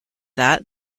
that